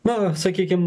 na sakykim